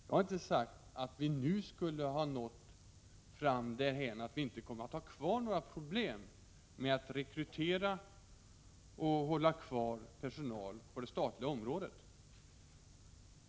Jag har inte sagt att vi nu skulle ha nått dithän att det inte återstår några problem med att rekrytera och hålla kvar personal på det statliga området.